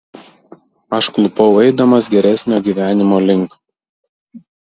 aš klupau eidamas geresnio gyvenimo link